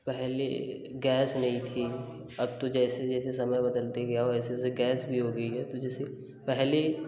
पहले गैस नहीं थी अब तो जैसे जैसे समय बदलते गया वैसे वैसे गैस भी हो गई है तो जैसे पहले